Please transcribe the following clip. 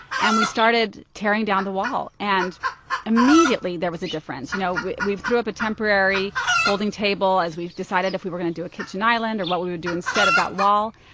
and we started tearing down the wall. and immediately there was a difference you know we we threw up a temporary folding table as we decided if we were going to do a kitchen island or what we would do instead of that wall.